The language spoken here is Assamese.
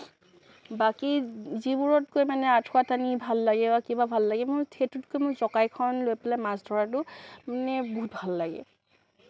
বাকী যিবোৰতকৈ মানে আঠুৱা টানি ভাল লাগে বা কিবা ভাল লাগে মোৰ সেইটোতকৈ জকাইখন লৈ পেলাই মাছ ধৰাটো মানে বহুত ভাল লাগে